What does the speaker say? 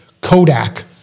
Kodak